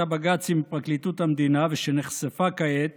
הבג"צים בפרקליטות המדינה ושנחשפה כעת